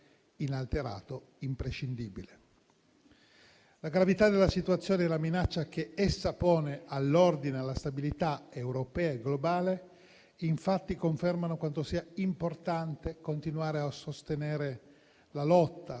inalterato, imprescindibile. La gravità della situazione e la minaccia che essa pone all'ordine e alla stabilità europea e globale infatti confermano quanto sia importante continuare a sostenere la lotta